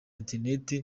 internet